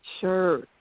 Sure